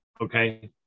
Okay